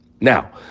Now